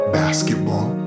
basketball